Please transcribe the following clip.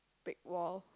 brick wall